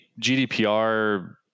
GDPR